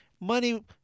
Money